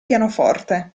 pianoforte